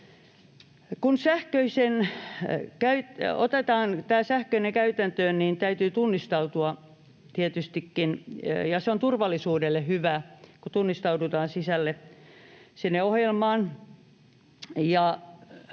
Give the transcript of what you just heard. Kun otetaan tämä sähköinen käytäntöön, niin täytyy tunnistautua tietystikin, ja se on turvallisuudelle hyvä, kun tunnistaudutaan sisälle sinne ohjelmaan.